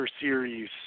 series